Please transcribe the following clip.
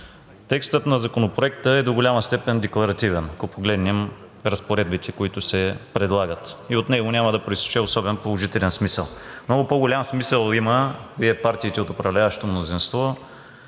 Текстът на Законопроекта е до голяма степен декларативен, ако погледнем разпоредбите, които се предлагат, и от него няма да произтече особено положителен смисъл. Много по-голям смисъл има Вие – партиите от управляващото мнозинство,